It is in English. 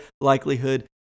likelihood